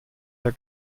der